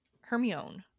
hermione